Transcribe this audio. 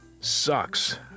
sucks